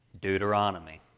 Deuteronomy